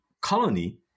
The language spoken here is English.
colony